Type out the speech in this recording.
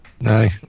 No